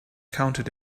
counted